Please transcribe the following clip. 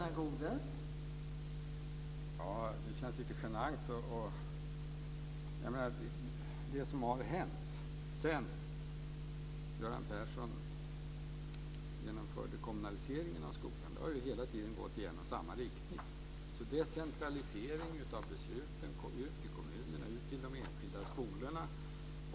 Fru talman! Det som har hänt sedan Göran Persson genomförde kommunaliseringen av skolan har hela tiden gått i en och samma riktning. Det är decentralisering av besluten ut till kommunerna och de enskilda skolorna.